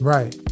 Right